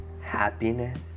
happiness